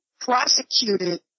prosecuted